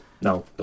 No